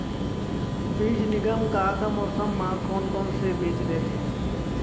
बीज निगम का का मौसम मा, कौन कौन से बीज देथे?